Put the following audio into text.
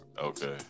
Okay